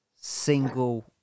single